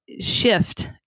shift